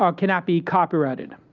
um cannot be copyrighted.